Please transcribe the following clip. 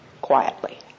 Quietly